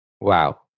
Wow